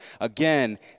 again